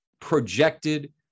projected